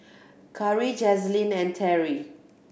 Karri Jazlynn and Teri